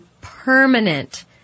permanent